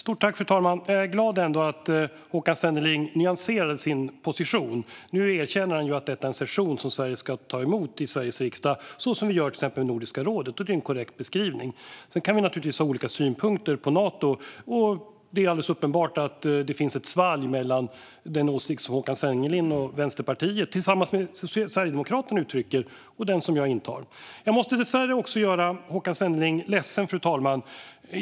Fru talman! Jag är glad att Håkan Svenneling nyanserade sin position. Nu erkänner han att detta är en session som vi ska ta emot i Sveriges riksdag på samma sätt som vi gör med till exempel Nordiska rådet, vilket är en korrekt beskrivning. Sedan kan vi naturligtvis ha olika synpunkter på Nato, och det är alldeles uppenbart att det finns ett svalg mellan den åsikt som Håkan Svenneling och Vänsterpartiet tillsammans med Sverigedemokraterna uttrycker och den som jag intar. Fru talman! Jag måste dessvärre göra Håkan Svenneling ledsen.